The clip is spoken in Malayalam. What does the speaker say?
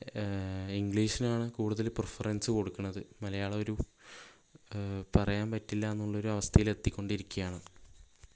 ഇംഗ്ലീഷിനാണ് കൂടുതൽ പ്രീഫെറൻസ് കൊടുക്കണത് മലയാളം ഒരു പറയാൻ പറ്റില്ല എന്നുള്ള ഒരു അവസ്ഥയിലെത്തിക്കൊണ്ട് ഇരിക്കുകയാണ്